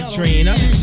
Trina